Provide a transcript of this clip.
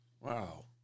Wow